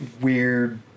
weird